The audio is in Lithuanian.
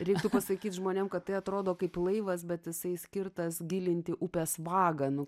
reiktų pasakyt žmonėm kad tai atrodo kaip laivas bet jisai skirtas gilinti upės vagą nu